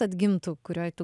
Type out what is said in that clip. atgimtų kurioj tu